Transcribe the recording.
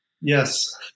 Yes